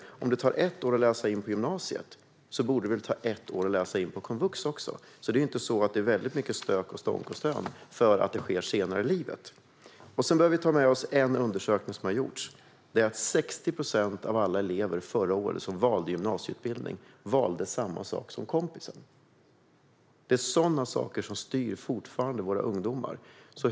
Om det tar ett år att läsa in på gymnasiet borde det ta ett år att läsa in på komvux också. Det är inte så att det är mycket stök, stånk och stön för att detta sker senare i livet. Vi behöver ta med oss en undersökning som har gjorts. Det är att 60 procent av alla elever som förra året valde gymnasieutbildning valde samma sak som kompisen. Det är sådana saker som fortfarande styr våra ungdomar.